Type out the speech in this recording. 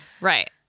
right